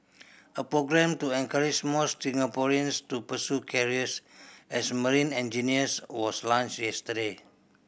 a programme to encourage more Singaporeans to pursue careers as marine engineers was launched yesterday